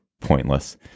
pointless